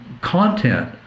content